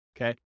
okay